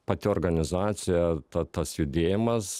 pati organizacija ta tas judėjimas